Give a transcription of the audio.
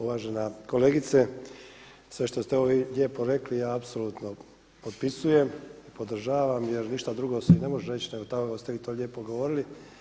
Uvažena kolegice sve što ste lijepo rekli ja apsolutno potpisujem, podržavam jer ništa drugo osim ne možeš reći nego kako ste vi to lijepo govorili.